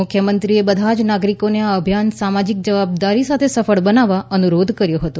મુખ્યમંત્રીએ બધા જ નાગરિકોને આ અભિયાન સામાજીક જવાબદારી સાથે સફળ બનાવવા અનુરોધ કર્યો હતો